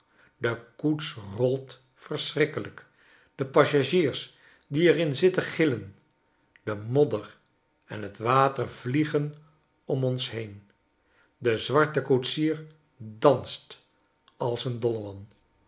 de koets rolt verschrikkelijk de passagiers die er in zitten gillen de modder en t water vliegen om ons heen de zwarte koetsier danst als een